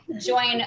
join